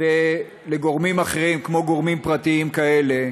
ולגורמים אחרים כמו גורמים פרטיים כאלה,